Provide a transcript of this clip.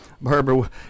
Barbara